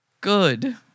Good